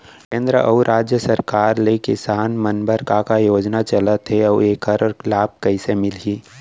केंद्र अऊ राज्य सरकार ले किसान मन बर का का योजना चलत हे अऊ एखर लाभ कइसे मिलही?